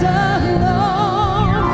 alone